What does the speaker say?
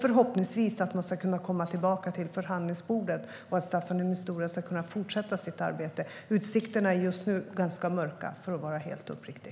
Förhoppningsvis ska man kunna komma tillbaka till förhandlingsbordet, så att Staffan de Mistura ska kunna fortsätta sitt arbete. Utsikterna är just nu ganska mörka, för att vara helt uppriktig.